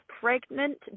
pregnant